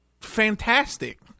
fantastic